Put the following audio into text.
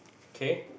okay